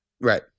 Right